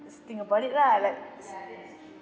just think about it lah like